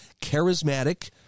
charismatic